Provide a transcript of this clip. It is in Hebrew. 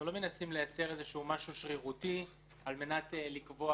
אנחנו לא מנסים לייצר משהו שרירותי על מנת לקבוע